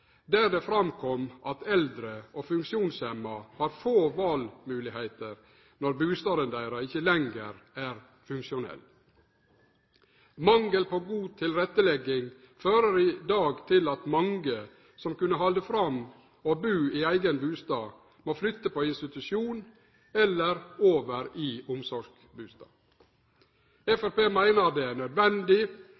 der det framkom at eldre og funksjonshemma har få valmoglegheiter når bustaden deira ikkje lenger er funksjonell. Mangel på god tilrettelegging fører i dag til at mange som kunne halde fram med å bu i eigen bustad, må flytte på institusjon eller over i